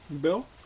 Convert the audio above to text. Bill